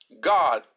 God